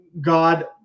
God